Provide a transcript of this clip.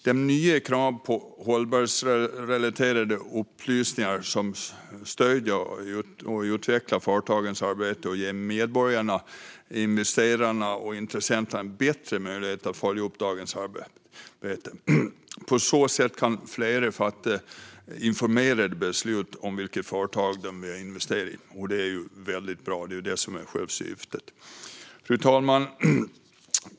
De nya kraven på hållbarhetsrelaterade upplysningar ska stödja och utveckla företagens arbete och ge medborgarna, investerarna och intressenterna en bättre möjlighet att följa upp företagens arbete. På så sätt kan fler fatta informerade beslut om vilka företag de vill investera i. Det är väldigt bra, och det är själva syftet. Fru talman!